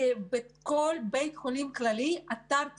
בכל בית חולים כללי יש לנו אתר דחק.